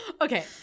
Okay